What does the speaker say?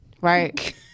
right